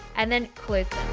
and then, close